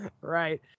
right